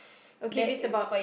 okay it's about